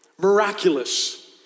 miraculous